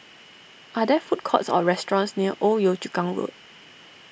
are there food courts or restaurants near Old Yio Chu Kang Road